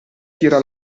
tira